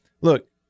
Look